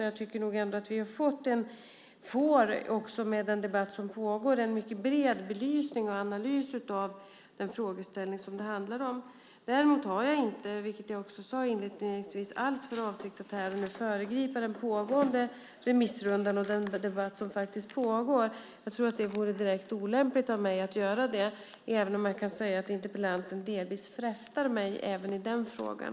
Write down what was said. Jag tycker att vi har fått och får - genom den debatt som pågår - en bred belysning och analys av den frågeställning som det handlar om. Däremot har jag inte - vilket jag också sade inledningsvis - för avsikt att föregripa den pågående remissrundan och den debatt som faktiskt pågår. Jag tror att det vore direkt olämpligt av mig att göra det, även om interpellanten delvis frestar mig även i den frågan.